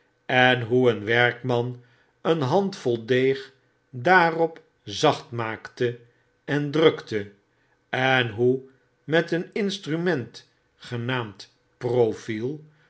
en hoe een werkman een handvol deeg daarop zacht maakte en drukte en hoe met een instrument genaamd profiel